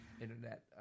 internet